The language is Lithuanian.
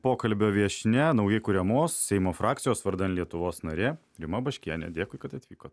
pokalbio viešnia naujai kuriamos seimo frakcijos vardan lietuvos narė rima baškienė dėkui kad atvykot